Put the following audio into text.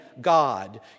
God